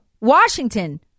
Washington